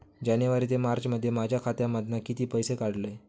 जानेवारी ते मार्चमध्ये माझ्या खात्यामधना किती पैसे काढलय?